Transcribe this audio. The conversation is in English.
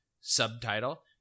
Subtitle